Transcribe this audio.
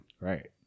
Right